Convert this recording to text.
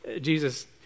Jesus